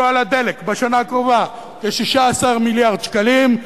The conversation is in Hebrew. על הדלק בשנה הקרובה כ-16 מיליארד שקלים,